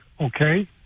okay